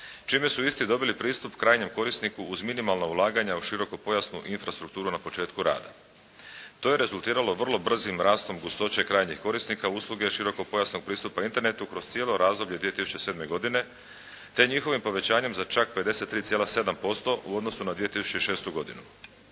čime su isti dobili pristup krajnjem korisniku uz minimalna ulaganja u širokopojasnu infrastrukturu na početku rada. To je rezultiralo vrlo brzim rastom gustoće krajnjih korisnika usluge širokopojasnog pristupa internetu kroz cijelo razdoblje 2007. godine te njihovim povećanjem za čak 53,7% u odnosu na 2006. godinu.